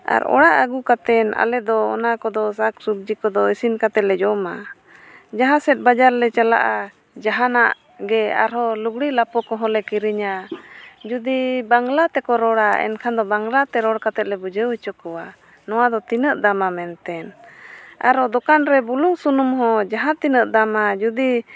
ᱟᱨ ᱚᱲᱟᱜ ᱟᱹᱜᱩ ᱠᱟᱛᱮᱫ ᱟᱞᱮᱫᱚ ᱚᱱᱟ ᱠᱚᱫᱚ ᱥᱟᱠᱼᱥᱚᱵᱽᱡᱤ ᱠᱚᱫᱚ ᱤᱥᱤᱱ ᱠᱟᱛᱮᱫᱼᱞᱮ ᱡᱚᱢᱟ ᱡᱟᱦᱟᱸᱥᱮᱫ ᱵᱟᱡᱟᱨ ᱞᱮ ᱪᱟᱞᱟᱜᱼᱟ ᱡᱟᱦᱟᱱᱟᱜ ᱜᱮ ᱟᱨᱦᱚᱸ ᱞᱩᱜᱽᱲᱤ ᱞᱟᱯᱚ ᱠᱚᱦᱚᱸᱞᱮ ᱠᱤᱨᱤᱧᱟ ᱡᱩᱫᱤ ᱵᱟᱝᱞᱟ ᱛᱮᱠᱚ ᱨᱚᱲᱟ ᱮᱱᱠᱷᱟᱱ ᱫᱚ ᱵᱟᱝᱞᱟᱛᱮ ᱨᱚᱲ ᱠᱟᱛᱮᱫᱼᱞᱮ ᱵᱩᱡᱷᱟᱹᱣ ᱦᱚᱪᱚ ᱠᱚᱣᱟ ᱱᱚᱣᱟ ᱫᱚ ᱛᱤᱱᱟᱹᱜ ᱫᱟᱢᱟ ᱢᱮᱱᱛᱮ ᱟᱨᱦᱚᱸ ᱫᱳᱠᱟᱱ ᱨᱮ ᱵᱩᱞᱩᱝ ᱥᱩᱱᱩᱢ ᱦᱚᱸ ᱡᱟᱦᱟᱸ ᱛᱤᱱᱟᱹᱜ ᱫᱟᱢᱟ ᱡᱩᱫᱤ